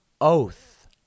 oath